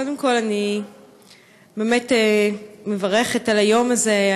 קודם כול, אני באמת מברכת על היום הזה.